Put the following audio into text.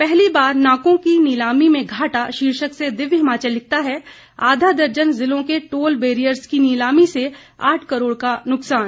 पहली बार नाकों की नीलामी में घाटा शीर्षक से दिव्य हिमाचल लिखता है आधा दर्जन जिलों के टोल बैरियर्स की नीलामी से आठ करोड़ का नुकसान